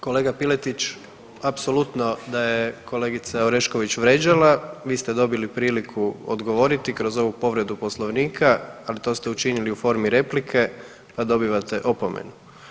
Kolega Piletić, apsolutno da je kolegica Orešković vrijeđala, vi ste dobili priliku odgovoriti kroz ovu povredu Poslovnika, ali to ste učinili u formi replike, pa dobivate opomenu.